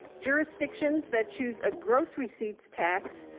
jurisdictions that choose a gross receipts tax,